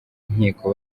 nkiko